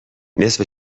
نصف